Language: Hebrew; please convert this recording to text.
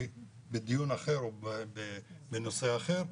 אני בדיון אחר או בנושא אחר.